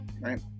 Right